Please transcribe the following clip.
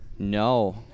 No